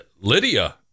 Lydia